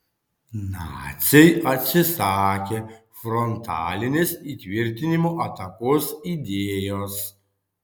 naciai atsisakė frontalinės įtvirtinimų atakos idėjos